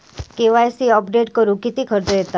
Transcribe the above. KYC update करुक किती खर्च येता?